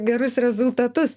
gerus rezultatus